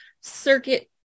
Circuit